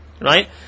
right